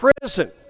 prison